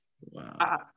Wow